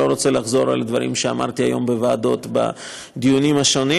אני לא רוצה לחזור על דברים שאמרתי היום בוועדות בדיונים השונים.